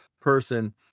person